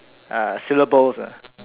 uh syllables lah